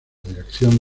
dirección